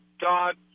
god